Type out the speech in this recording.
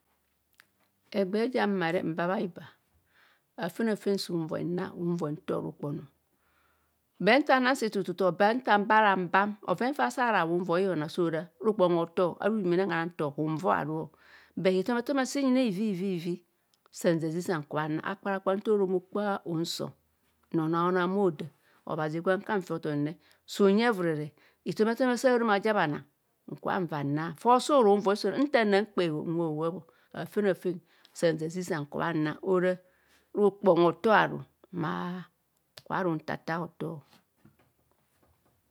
Egbee ja mare mba- mba- aiba, afena fen sa unvoi na unvoi nto rukpon. But nta nang si tu tu tu mba ara mbam roven fa oso ora unvoi honang ora rukpon hotho, ara ujumene nhura ntoo hu boi aru but hithomethomi sinjene hivivi san nzizia nkubho nnang. Akpanakpa nta orom okpa usong nao onao. Ona bha hoda, obhazi gwe nru nfi othom re sa unyi evurere hithometho me sa orom nkubha onang, sang nkubonva nq, or arukdon hotoi ruto bhoven fa oso unvoi nang ora nta nra nkpohehob nwa howeb. Afafen afea nsan nzizia nkubha na ora rukpon hoto aru akubho runta ta hotod